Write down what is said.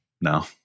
No